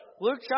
Luke